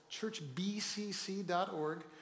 churchbcc.org